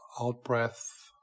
out-breath